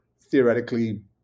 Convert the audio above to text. theoretically